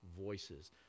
voices